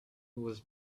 was